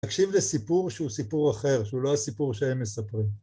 תקשיב לסיפור שהוא סיפור אחר, שהוא לא הסיפור שהם מספרים.